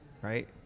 Right